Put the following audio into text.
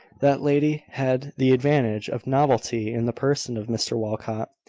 that lady had the advantage of novelty in the person of mr walcot,